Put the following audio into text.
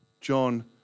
John